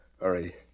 Hurry